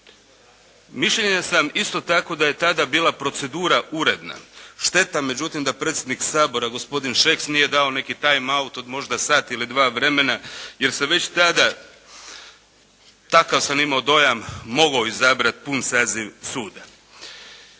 Mišljenja sam isto tako da je tada bila procedura uredna. Šteta međutim da predsjednik Sabora gospodin Šeks nije dao neki time out od možda sat ili dva vremena jer se već tada takav sam imao dojam mogao izabrati pun saziv suda.